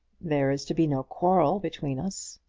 there is to be no quarrel between us.